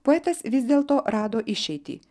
poetas vis dėlto rado išeitį